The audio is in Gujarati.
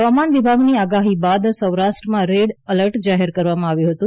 હવામાન વિભાગની આગાહી બાદ સૌરાષ્ટ્રમાં રેડ એલર્ટ જાહેર કરવામાં આવ્યું હતું